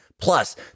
Plus